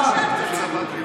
היום היא הפסידה בבג"ץ.